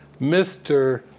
Mr